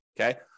Okay